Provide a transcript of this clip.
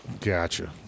Gotcha